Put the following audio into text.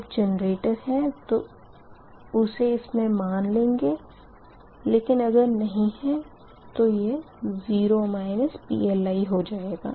जब जेनरेटर है तो उसे इसमें मान लेंगे लेकिन अगर नही है तो तो यह 0 PLi हो जाएगा